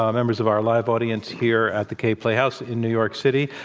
um members of our live audience here at the kaye playhouse in new york city.